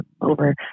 over